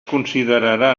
considerarà